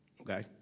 okay